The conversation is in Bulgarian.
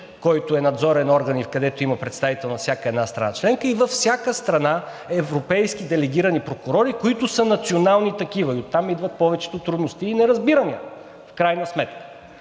който е надзорен орган и където има представител на всяка една страна членка и във всяка страна европейски делегирани прокурори, които са национални такива. Оттам идват повечето трудности и неразбиране в крайна сметка.